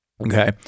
Okay